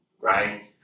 right